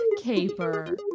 Caper